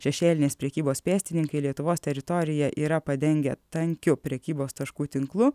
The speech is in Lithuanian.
šešėlinės prekybos pėstininkai lietuvos teritoriją yra padengę tankiu prekybos taškų tinklu